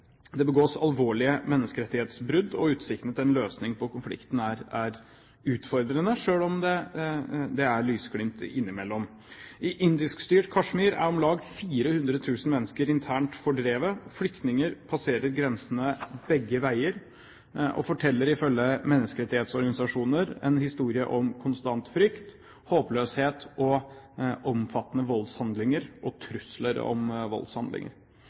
Det begås alvorlige menneskerettighetsbrudd, og utsiktene til en løsning på konflikten er utfordrende, selv om det er lysglimt innimellom. I indiskstyrte Kashmir er om lag 400 000 mennesker internt fordrevet. Flyktninger passerer grensene begge veier og forteller, ifølge menneskerettsorganisasjoner, en historie om konstant frykt, håpløshet og omfattende voldshandlinger og trusler om voldshandlinger.